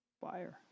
fire